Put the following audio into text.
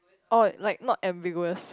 oh like not ambiguous